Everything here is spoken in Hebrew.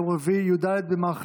יום רביעי,